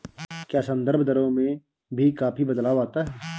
क्या संदर्भ दरों में भी काफी बदलाव आता है?